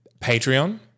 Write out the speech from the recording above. Patreon